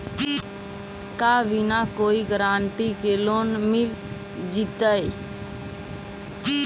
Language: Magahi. का बिना कोई गारंटी के लोन मिल जीईतै?